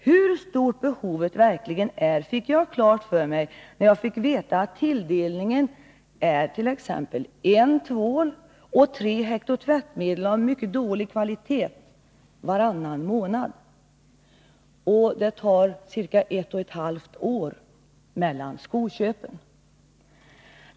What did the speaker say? Hur stort behovet verkligen är fick jag klart för mig, när jag fick veta att tilldelningen är en tvål och 3 hg tvättmedel — av dålig kvalitet — varannan månad och att det går ca ett och ett halvt år mellan skoköpen.